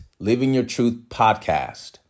livingyourtruthpodcast